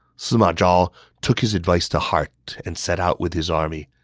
sima zhao took his advice to heart and set out with his army.